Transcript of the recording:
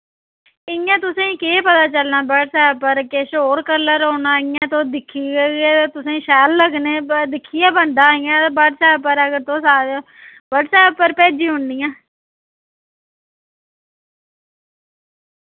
इय्यां तुसें केह् पता चलना व्हाट्सऐप्प पर किश और कलर होना इय्यां तुस दिक्खी गे तुसें शैल लग्गने पर दिक्खियै बनदा इय्यां ते व्हाट्सऐप्प पर अगर तुस आखदे ओ व्हाट्सऐप्प पर भेजी ओड़नी ऐं